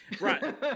right